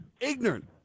ignorant